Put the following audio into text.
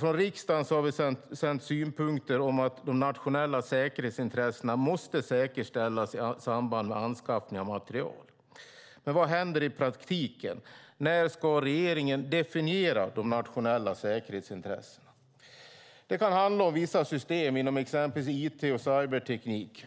Från riksdagen har vi sänt synpunkter om att de nationella säkerhetsintressena måste säkerställas i samband med anskaffning av materiel. Men vad händer i praktiken? När ska regeringen definiera de nationella säkerhetsintressena? Det kan handla om vissa system inom exempelvis it och cyberteknik.